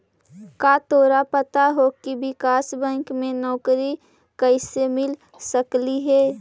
का तोरा पता हो की विकास बैंक में नौकरी कइसे मिल सकलई हे?